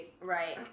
Right